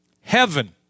heaven